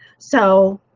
so